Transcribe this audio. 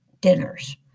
dinners